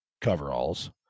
coveralls